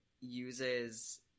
uses